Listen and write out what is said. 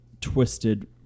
twisted